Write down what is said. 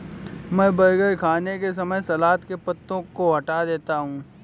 मैं बर्गर खाने के समय सलाद के पत्तों को हटा देता हूं